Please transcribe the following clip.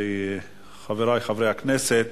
חברי חברי הכנסת,